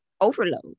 overload